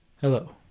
Hello